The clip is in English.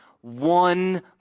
one